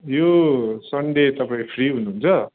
यो सन्डे तपाईँ फ्री हुनुहुन्छ